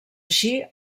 així